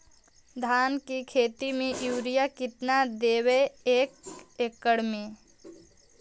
धान के खेत में युरिया केतना देबै एक एकड़ में?